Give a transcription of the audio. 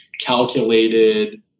calculated